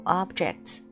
objects